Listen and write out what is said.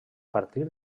partir